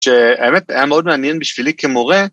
‫ש... האמת, היה מאוד מעניין בשבילי כמורה...